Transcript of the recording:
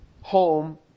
home